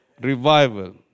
Revival